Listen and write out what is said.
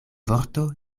vorto